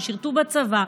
ששירתו בצבא,